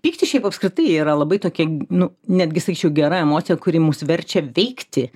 pyktis šiaip apskritai yra labai tokia nu netgi sakyčiau gera emocija kuri mus verčia veikti